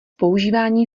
používání